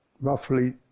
roughly